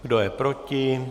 Kdo je proti?